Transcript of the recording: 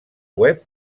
web